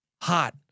hot